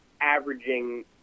averaging